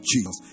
Jesus